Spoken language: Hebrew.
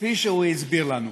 כפי שהוא הסביר לנו.